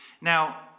Now